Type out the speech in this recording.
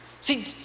See